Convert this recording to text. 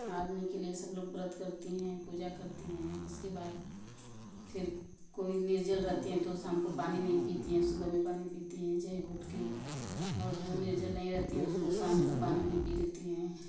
आदमी के लिए सब लोग व्रत करती हैं पूजा करती हैं इसके बाद फिर कोई निर्जल रहती हैं तो शाम को पानी नहीं पीती हैं सुबह में पानी पीती हैं घूँट के और जो निर्जल नहीं रहती हैं उसको शाम को पानी पी लेती हैं